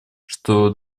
что